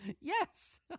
Yes